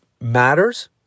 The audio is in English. matters